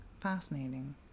fascinating